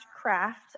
craft